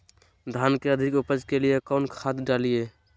धान के अधिक उपज के लिए कौन खाद डालिय?